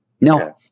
No